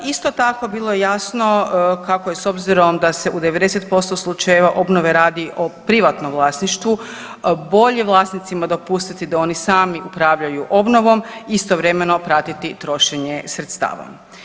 Isto tako bilo je jasno kako je s obzirom da se u 90% slučajeva obnove radi o privatnom vlasništvu, bolje vlasnicima dopustiti da oni sami upravljaju obnovom i istovremeno pratiti trošenje sredstava.